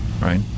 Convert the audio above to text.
right